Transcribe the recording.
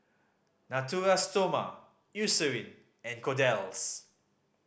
Natura Stoma Eucerin and Kordel's